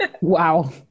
Wow